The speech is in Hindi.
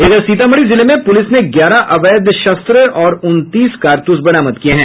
इधर सीतामढी जिले में पुलिस ने ग्यारह अवैध शस्त्र और उनतीस कारतूस बरामद किए हैं